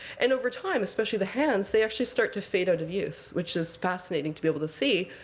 and over time, especially the hands, they actually start to fade out of use, which is fascinating to be able to see.